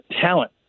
talent